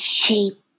shape